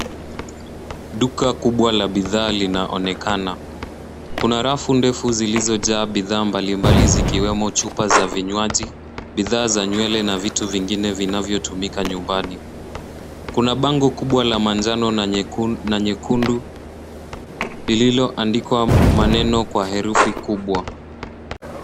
Duka kubwa la bidhaa liniaonekana. Kuna rafu ndefu zilizojaa bidhaa mbali mbali zikiwemo chupa za vinywaji bidhaa za nywele na vitu vingine vinavyotumika nyumbani. Kuna bango kubwa la manjano na nyekundu lililoandikwa maneno kwa herufi kubwa.